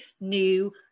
new